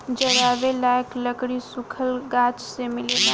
जरावे लायक लकड़ी सुखल गाछ से मिलेला